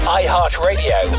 iHeartRadio